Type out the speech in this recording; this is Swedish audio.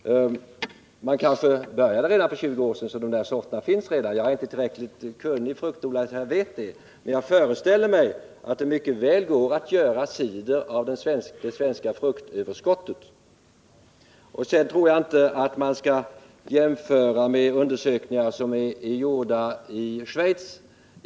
Men man kanske började redan för 20 år sedan, så att dessa sorter nu finns. Jag är inte tillräckligt kunnig fruktodlare för att veta detta, men jag föreställer mig att det mycket väl går att göra cider av det svenska fruktöverskottet. Jag tror inte att man skall jämföra med undersökningar som är gjorda i Schweiz.